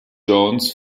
jones